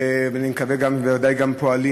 וודאי גם פועלים,